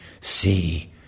see